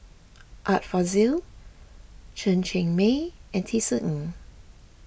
Art Fazil Chen Cheng Mei and Tisa Ng